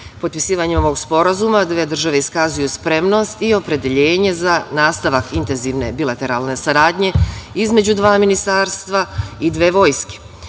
odbrane. Potpisivanjem ovog sporazuma, dve države iskazuju spremnost i opredeljenje za nastavak intenzivne bilateralne saradnje između dva ministarstva i dve vojske.